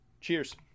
cheers